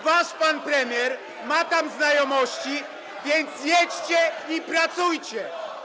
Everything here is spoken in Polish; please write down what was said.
Wasz pan premier ma tam znajomości, więc jedźcie i pracujcie.